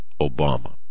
Obama